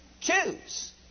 Choose